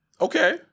Okay